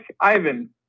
Ivan